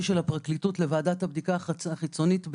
של הפרקליטות לוועדת הבדיקה החיצונית,